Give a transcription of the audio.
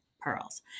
pearls